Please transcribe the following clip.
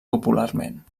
popularment